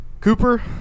Cooper